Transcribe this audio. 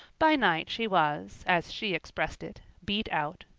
by night she was, as she expressed it, beat out.